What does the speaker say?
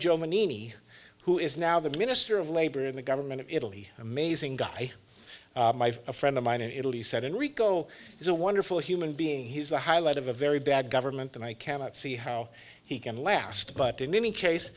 me who is now the minister of labor in the government of italy amazing guy a friend of mine in italy said and rico is a wonderful human being he's the highlight of a very bad government and i cannot see how he can last but in any case